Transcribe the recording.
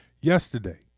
Yesterday